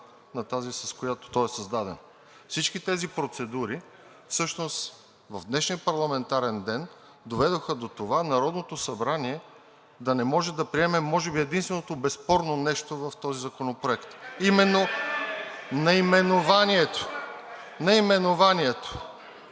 на тази, с която той е създаден. Всички тези процедури всъщност в днешния парламентарен ден доведоха до това Народното събрание да не може да приеме може би единственото безспорно нещо в този законопроект (шум и реплики: „Не е